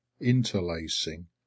interlacing